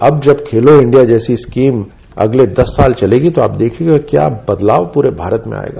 अब खेलो इंडिया जैसी स्कीम अगले दस साल चलेगी तो आप देखेंगे कि क्या बदलाव पूरे भारत में आयेगा